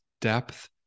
depth